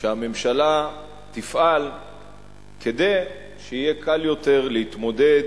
שהממשלה תפעל כדי שיהיה קל יותר להתמודד